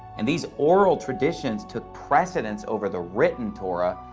and these oral traditions took precedence over the written torah,